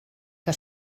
que